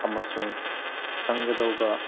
ꯑꯃꯁꯨꯡ ꯆꯪꯒꯗꯧꯕ